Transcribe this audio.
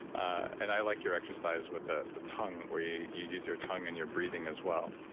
and i like your exercise with ah the tongue where you you use your tongue and your breathing as well,